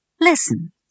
Listen